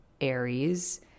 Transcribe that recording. Aries